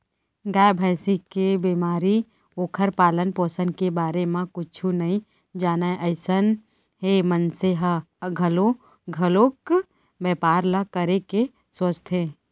गाय, भँइसी के बेमारी, ओखर पालन, पोसन के बारे म कुछु नइ जानय अइसन हे मनसे ह घलौ घलोक बैपार ल करे के सोचथे